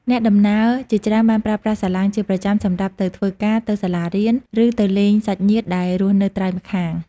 អ្នកដំណើរជាច្រើនបានប្រើប្រាស់សាឡាងជាប្រចាំសម្រាប់ទៅធ្វើការ ទៅសាលារៀន ឬទៅលេងសាច់ញាតិដែលរស់នៅត្រើយម្ខាង។